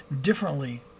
differently